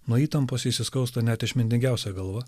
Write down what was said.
nuo įtampos įsiskausta net išmintingiausia galva